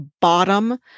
bottom